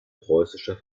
preußischer